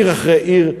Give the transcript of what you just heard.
עיר אחרי עיר,